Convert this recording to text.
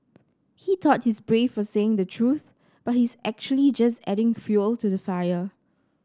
he thought he's brave for saying the truth but he's actually just adding fuel to the fire